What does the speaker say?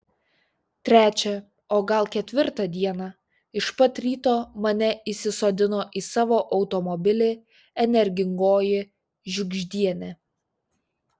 trečią o gal ketvirtą dieną iš pat ryto mane įsisodino į savo automobilį energingoji žiugždienė